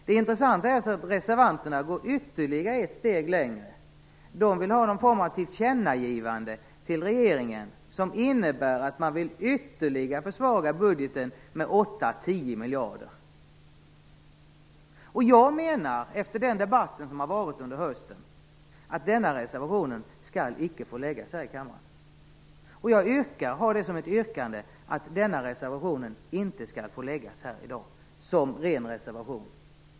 Det intressanta är att reservanterna går ytterligare ett steg längre. De vill ha någon form av tillkännagivande till regeringen som innebär att man vill ytterligare försvaga budgeten med 8-10 miljarder. Jag menar efter den debatt som har varit under hösten att denna reservation inte skall få läggas fram här i kammaren. Jag har det som ett yrkande att denna reservation inte skall få läggas fram här i dag som en ren reservation.